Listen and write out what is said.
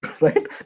right